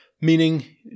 Meaning